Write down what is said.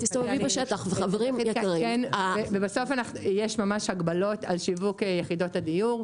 בשטח, ובסוף יש ממש הגבלות על שיווק יחידות הדיור.